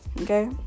Okay